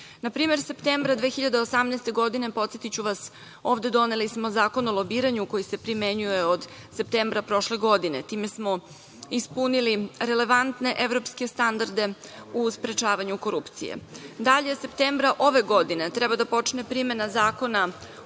primer, septembra 2018. godine, podsetiću vas, ovde smo doneli Zakon o lobiranju koji se primenjuje od septembra prošle godine. Time smo ispunili relevantne evropske standarde u sprečavanju korupcije. Dalje, septembra ove godine treba da počne primena zakona